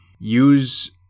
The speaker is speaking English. use